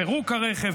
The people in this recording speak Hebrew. פירוק הרכב,